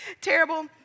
terrible